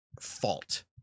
fault